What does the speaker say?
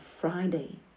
Friday